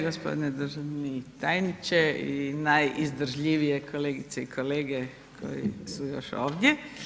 Gospodine državni tajniče i najizdržljivije kolegice i kolege koji su još ovdje.